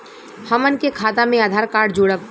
हमन के खाता मे आधार कार्ड जोड़ब?